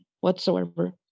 whatsoever